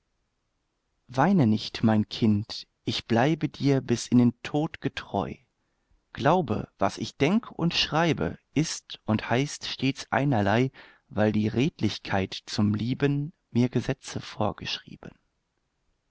weine nicht mein kind ich bleibe dir bis in den tod getreu glaube was ich denk und schreibe ist und heißt stets einerlei weil die redlichkeit zum lieben mir gesetze vorgeschrieben